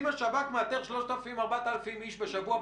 אם השב"כ מאתר 4,000-3,000 איש בשבוע,